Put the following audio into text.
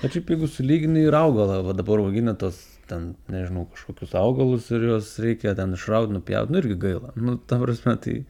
bet šiaip jeigu sulygini ir augalą va dabar augina tas ten nežinau kažkokius augalus ir juos reikia ten išraut nupjaut nu irgi gaila nu ta prasme tai